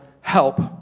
help